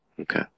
Okay